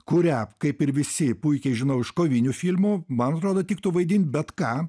kurią kaip ir visi puikiai žinau iš kovinių filmų man atrodo tiktų vaidint bet ką